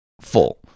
full